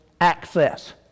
access